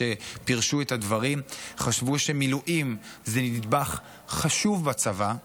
שפירשו את הדברים חשבו שמילואים זה נדבך חשוב בצבא,